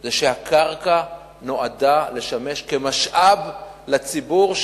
זה שהקרקע נועדה לשמש כמשאב לציבור,